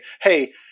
Hey